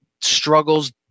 struggles